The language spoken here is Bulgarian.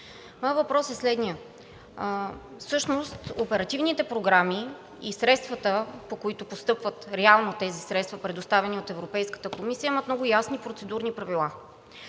Моят въпрос е следният: всъщност оперативните програми и средствата, които реално постъпват, предоставени от Европейската комисия, имат много ясни процедурни правила.